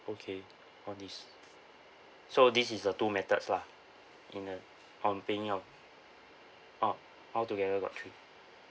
okay all these so this is the two methods lah in the of paying out oh altogether got three